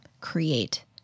create